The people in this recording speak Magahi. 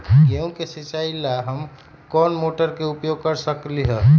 गेंहू के सिचाई ला हम कोंन मोटर के उपयोग कर सकली ह?